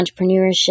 entrepreneurship